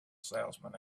salesman